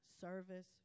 service